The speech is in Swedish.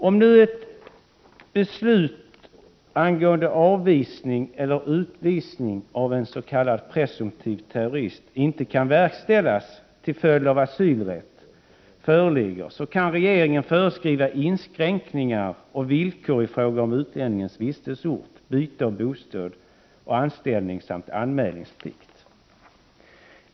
Om nu beslut angående avvisning eller utvisning av en s.k. presumtiv terrorist inte kan verkställas till följd av att asylrätt föreligger, kan regeringen föreskriva inskränkningar och villkor i fråga om utlänningens vistelseort, byte av bostad och anställning samt anmälningsplikt.